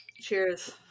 Cheers